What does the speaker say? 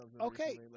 Okay